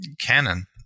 canon